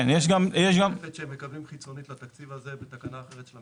זה תקציב שהם מקבלים חיצונית לתקציב הזה בתקנה אחרת של המשרד.